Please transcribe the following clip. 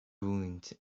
ruined